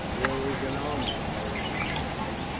there is an army, beric replied.